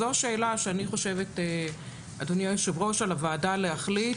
זו השאלה שאני חושבת אדוני היושב ראש שעל הוועדה להחליט